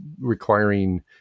requiring